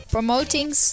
Promoting